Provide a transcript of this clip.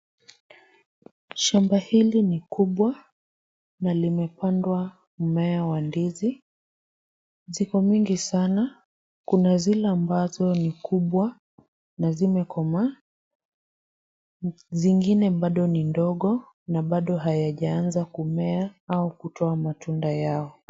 Shamba hili ni kubwa na limepandwa mmea wa ndizi. Ziko mingi sana. Kuna zile ambazo ni kubwa na zimekomaa, zingine bado ni ndogo na bado hayajaanza kumea au kutoa matunda yao.